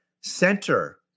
center